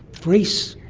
greece,